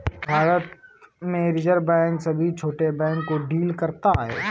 भारत में reserve bank सभी छोटे बैंक को डील करता है